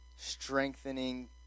strengthening